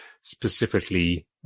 specifically